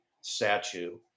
statue